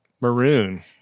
maroon